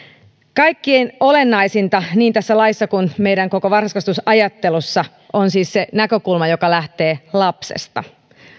kaikkein olennaisinta niin tässä laissa kuin meidän koko varhaiskasvatusajattelussa on siis se näkökulma joka lähtee lapsesta